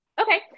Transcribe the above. Okay